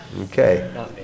Okay